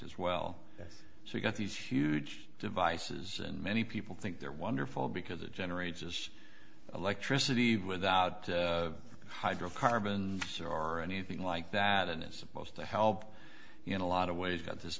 as well so you've got these huge devices and many people think they're wonderful because it generates as electricity without hydrocarbons or anything like that and it's supposed to help in a lot of ways that this